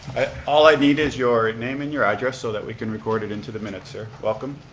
all i need is your name and your address, so that we can record it into the minutes, sir. welcome.